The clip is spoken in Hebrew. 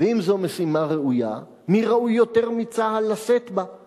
ואם זו משימה ראויה, מי ראוי יותר מצה"ל לשאת בה?